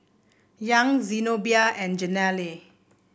Young Zenobia and Jenelle